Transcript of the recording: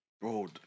Bro